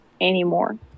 anymore